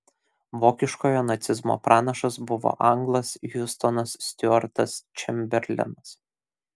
vokiškojo nacizmo pranašas buvo anglas hiustonas stiuartas čemberlenas